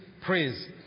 praise